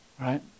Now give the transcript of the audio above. Right